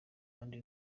kandi